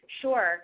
Sure